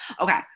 Okay